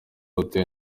utewe